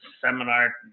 seminar